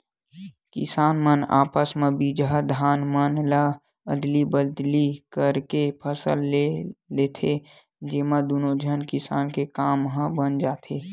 किसान मन आपस म बिजहा धान मन ल अदली बदली करके फसल ले लेथे, जेमा दुनो झन किसान के काम ह बन जाथे